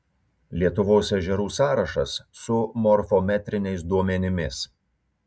lietuvos ežerų sąrašas su morfometriniais duomenimis